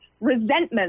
resentment